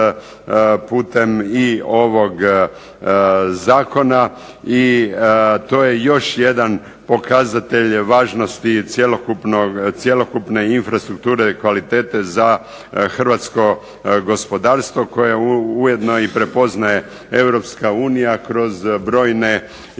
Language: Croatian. putem i ovog zakona. I to je još jedan pokazatelj važnosti cjelokupne infrastrukture kvalitete za hrvatskog gospodarstvo koje ujedno i prepoznaje EU kroz brojne IPA